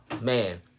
man